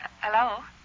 Hello